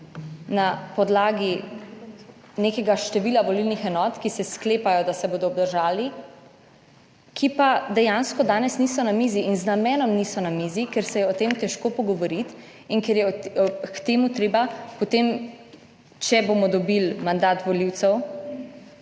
na podlagi nekega števila volilnih enot, ki se sklepajo, da se bodo obdržali, ki pa dejansko danes niso na mizi in z namenom niso na mizi, ker se je o tem težko pogovoriti in ker je k temu treba potem, če bomo dobili mandat volivcev,